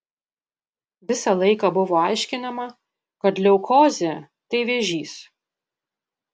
visą laiką buvo aiškinama kad leukozė tai vėžys